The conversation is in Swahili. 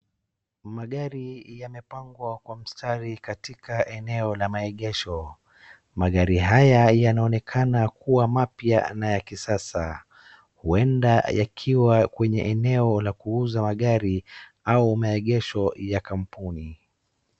Magari yamepangwa kwa mstari katika eneo la maegesho. Magari haya yanaonekana kuwa mapya na ya kisasa. Huenda yakiwa kwenye eneo la kuuza magari au maegesho ya kampuni.